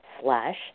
slash